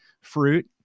fruit